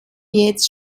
jetzt